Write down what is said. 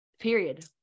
period